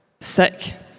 sick